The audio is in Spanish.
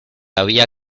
había